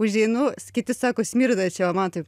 užeinu kiti sako smirda čia o man taip